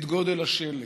את גודל השלט,